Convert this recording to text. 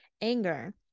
anger